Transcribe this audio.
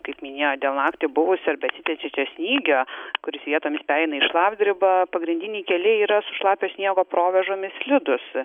kaip minėjo dėl naktį buvusio ir besitęsiančio snygio kuris vietomis pereina į šlapdribą pagrindiniai keliai yra su šlapio sniego provėžomis slidūs